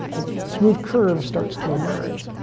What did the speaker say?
a smooth curve starts to emerge.